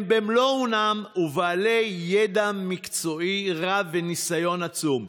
הם במלוא אונם ובעלי ידע מקצועי רב וניסיון עצום.